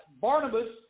Barnabas